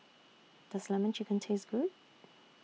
Does Lemon Chicken Taste Good